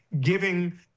giving